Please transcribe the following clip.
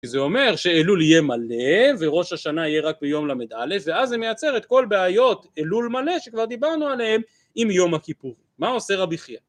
זה אומר שאלול יהיה מלא, וראש השנה יהיה רק ביום ל"א, ואז זה מייצר את כל בעיות אלול מלא, שכבר דיברנו עליהם, עם יום הכיפור. מה עושה רבי חייל?